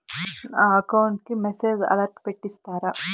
నా అకౌంట్ కి message alert పెట్టిస్తారా